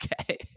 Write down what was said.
Okay